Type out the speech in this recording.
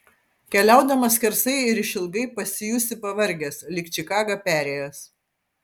keliaudamas skersai ir išilgai pasijusi pavargęs lyg čikagą perėjęs